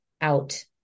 out